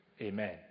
Amen